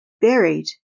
buried